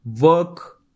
work